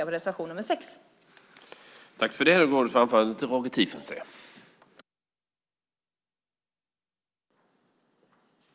Jag yrkar bifall till reservation 6.